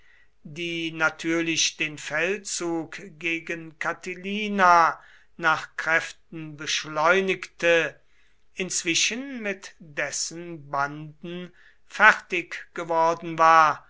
die natürlich den feldzug gegen catilina nach kräften beschleunigte inzwischen mit dessen banden fertiggeworden war